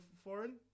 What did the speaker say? Foreign